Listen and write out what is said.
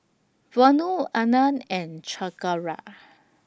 Vanu Anand and Chengara